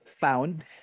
found